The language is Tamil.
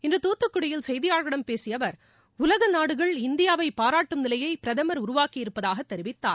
இன்று துத்துக்குடியில் செய்தியாளாகளிடம் பேசிய அவா் உலக நாடுகள் இந்தியாவை பாராட்டும் நிலையை பிரதமர் உருவாக்கியிருப்பதாக தெரிவித்தார்